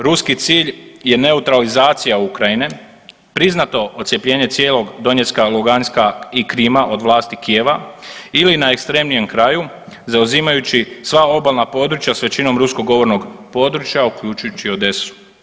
Ruski cilj je neutralizacija Ukrajine, priznato odcjepljenje cijelog Donjecka, Luganska i Krima od vlasti Kijeva ili na ekstremnijem kraju zauzimajući sva obalna područja s većinom ruskog govornog područja, uključujući Odesu.